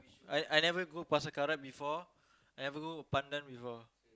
I I never go Pasar-Karat before I never go Pandan before